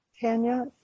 Tanya